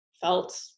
felt